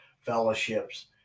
fellowships